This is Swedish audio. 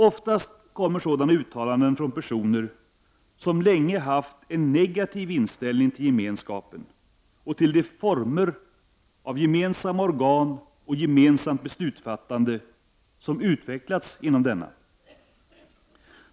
Oftast kommer sådana uttalanden från personer som länge har haft en negativ inställning till gemenskapen och till de former av gemensamma organ och gemensamt beslutsfattande som utvecklas inom denna.